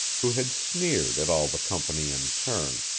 who had sneered at all the company in turn,